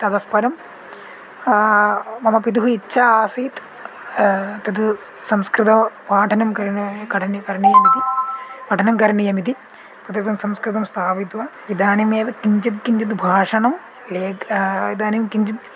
ततः परं मम पितुः इच्छा आसीत् तद् संस्कृतपाठनं करणीयमिति पठनं करणीयमिति तदर्थं संस्कृतं स्थापयित्वा इदानीमेव किञ्चिद् किञ्चिद् भाषणं लेख इदानीं किञ्चिद्